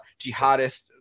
jihadist